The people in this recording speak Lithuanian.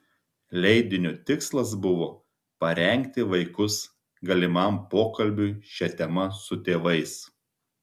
leidinio tikslas buvo parengti vaikus galimam pokalbiui šia tema su tėvais